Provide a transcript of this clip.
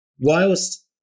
whilst